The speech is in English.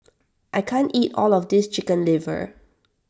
I can't eat all of this Chicken Liver